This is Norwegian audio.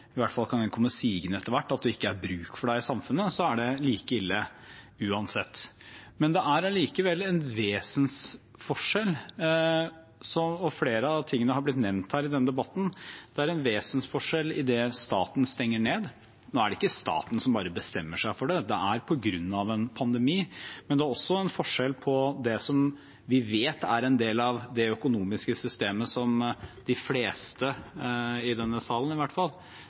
i hvert fall kan det komme sigende etter hvert – ikke er bruk for dem i samfunnet. Det er like ille uansett. Det er allikevel en vesensforskjell, og flere av tingene har blitt nevnt i denne debatten – det er en vesensforskjell idet staten stenger ned. Nå er det ikke staten som bare bestemmer seg for det, det er på grunn av en pandemi. Det er også en forskjell på det vi vet er en del av det økonomiske systemet som de fleste, i denne salen i hvert fall,